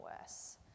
worse